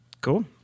Cool